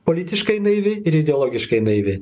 politiškai naivi ir ideologiškai naivi